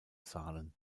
zahlen